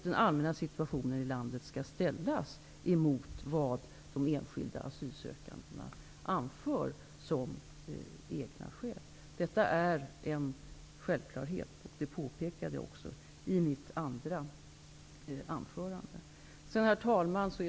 Den allmänna situationen i landet skall ställas mot vad de enskilda asylsökandena anför som egna skäl. Detta är en självklarhet. Det påpekade jag också i mitt andra anförande. Herr talman!